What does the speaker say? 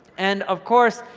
and of course,